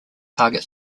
target